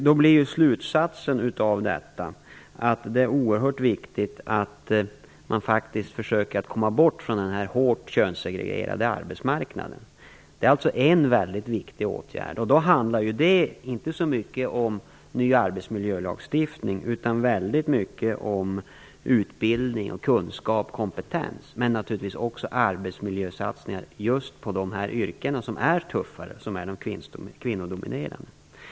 En slutsats av detta är att det är oerhört viktigt att försöka komma bort från den här hårt könssegregerade arbetsmarknaden. Det är en väldigt viktig åtgärd. Det handlar då inte så mycket om ny arbetsmiljölagstiftning, utan väldigt mycket om utbildning, kunskap och kompetens, men naturligtvis också om arbetsmiljösatsningar just på de här yrkena, som är tuffare och som är kvinnodominerade.